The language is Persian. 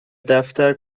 دفتر